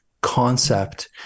concept